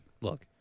look